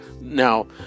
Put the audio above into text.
Now